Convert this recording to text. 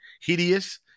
hideous